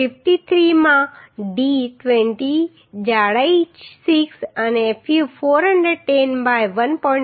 53 માં d 20 જાડાઈ 6 અને fu 410 બાય 1